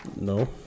No